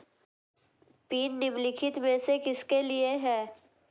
Pin निम्नलिखित में से किसके लिए है?